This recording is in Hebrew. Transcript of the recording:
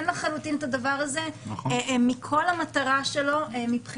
לחלוטין את הדבר הזה מכל המטרה שלו.